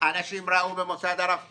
אנשים ראו במוסד הרב קוק,